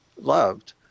loved